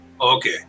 Okay